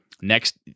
Next